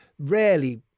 rarely